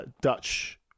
dutch